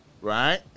Right